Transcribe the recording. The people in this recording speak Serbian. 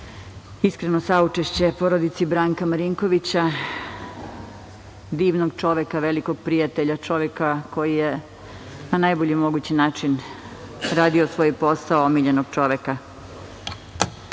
iskreno saučešće porodici Branka Marinkovića, divnog čoveka, velikog prijatelja, čoveka koji je na najbolji mogući način radio svoj posao, omiljenog čoveka. Što